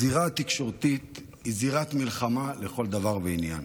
הזירה התקשורתית היא זירת מלחמה לכל דבר ועניין.